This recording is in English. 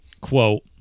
quote